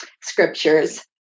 scriptures